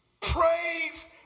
Praise